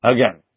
Again